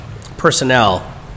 personnel